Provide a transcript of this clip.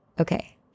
Okay